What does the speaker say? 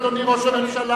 אדוני ראש הממשלה,